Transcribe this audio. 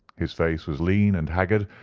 his face was lean and haggard,